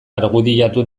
argudiatu